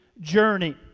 journey